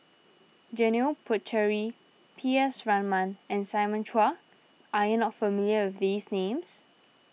Janil Puthucheary P S Raman and Simon Chua are you not familiar with these names